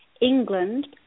England